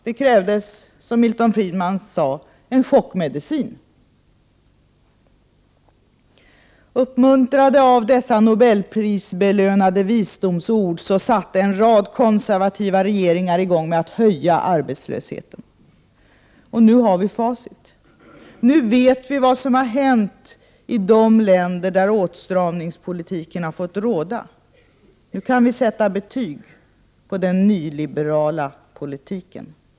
Det krävdes, som Milton Friedman sade, Uppmuntrade av dessa nobelprisbelönade visdomsord, satte en rad konservativa regeringar i gång med att höja arbetslösheten. Nu har vi facit. Nu vet vi vad som har hänt i de länder där åtstramningspolitiken fått råda. Nu kan vi sätta betyg på den nyliberala politiken.